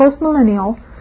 postmillennial